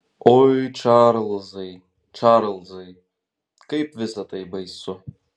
oi čarlzai čarlzai kaip visa tai baisu